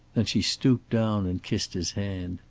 then she stooped down and kissed his hand.